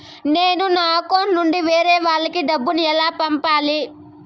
నేను నా అకౌంట్ నుండి వేరే వాళ్ళకి డబ్బును ఎలా పంపాలి?